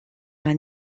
man